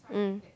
mm